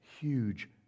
huge